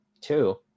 Two